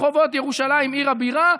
ברחובות ירושלים עיר הבירה.